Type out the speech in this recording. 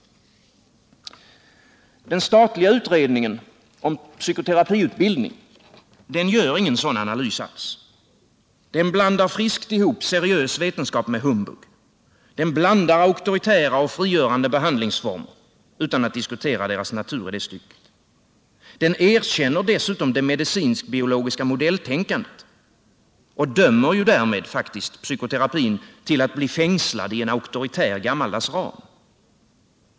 Den statliga utredningen om psykoterapiutbildning gör ingen sådan analys. Den blandar friskt ihop seriös vetenskap med humbug, den blandar auktoritära och frigörande behandlingsformer utan att diskutera deras natur i det stycket, den erkänner dessutom det medicinsk-biologiska modelltänkandet och dömer därmed faktiskt psykoterapin till att fängslas i en auktoritär gammaldags ram.